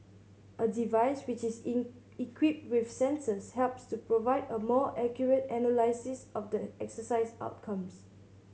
a device which is in equipped with sensors helps to provide a more accurate analysis of the exercise outcomes